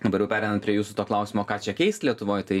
dabar jau pereinant prie jūsų to klausimo ką čia keist lietuvoj tai